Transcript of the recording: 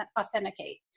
authenticate